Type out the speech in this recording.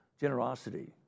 generosity